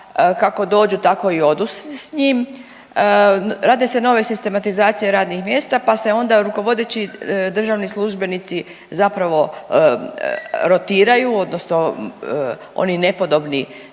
kako dođu tako i odu sa njim. Rade se nove sistematizacije radnih mjesta, pa se onda rukovodeći državni službenici zapravo rotiraju, odnosno oni nepodobni